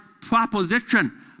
proposition